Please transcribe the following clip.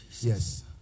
Yes